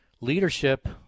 leadership